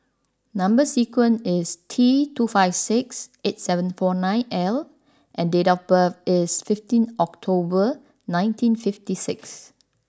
number sequence is T two five six eight seven four nine L and date of birth is fifteen October nineteen fifty six